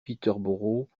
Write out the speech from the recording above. peterborough